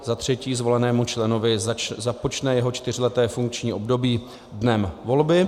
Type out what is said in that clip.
Za třetí, zvolenému členovi započne jeho čtyřleté funkční období dnem volby.